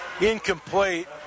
incomplete